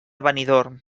benidorm